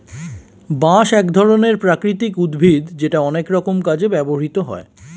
বাঁশ এক ধরনের প্রাকৃতিক উদ্ভিদ যেটা অনেক রকম কাজে ব্যবহৃত হয়